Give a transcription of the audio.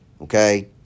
okay